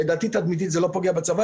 לדעתי תדמיתית זה לא פוגע בצבא,